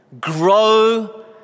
Grow